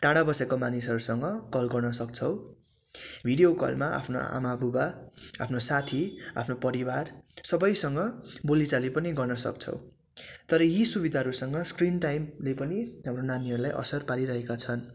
टाडा बसेको मानिसहरूसँग कल गर्न सक्छौँ भिडियो कलमा आफ्नो आमा बुबा आफ्नो साथी आफ्नो परिवार सबैसँग बोलीचाली पनि गर्न सक्छौँ तर यी सुविधाहरूसँग स्क्रिन टाइमले पनि हाम्रो नानीहरूलाई असर पारिरहेका छन्